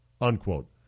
Unquote